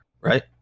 right